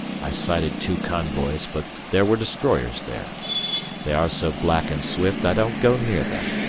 i sighted two convoys, but there were destroyers there they are so black and swift i don't go near them.